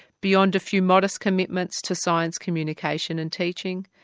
beyond a few modest commitments to science communication and teaching,